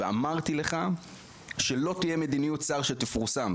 ואמרתי לך שלא תהיה מדיניות שר שתפורסם,